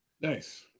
Nice